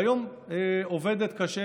והיום עובדת קשה.